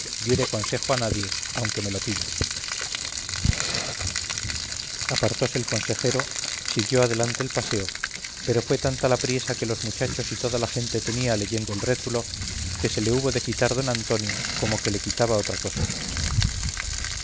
diere consejo a nadie aunque me lo pida apartóse el consejero siguió adelante el paseo pero fue tanta la priesa que los muchachos y toda la gente tenía leyendo el rétulo que se le hubo de quitar don antonio como que le quitaba otra cosa